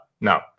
no